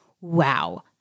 Wow